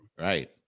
Right